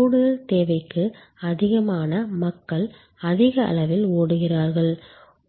கூடுதல் தேவைக்கு அதிகமான மக்கள் அதிக அளவில் ஓடுகிறார்கள்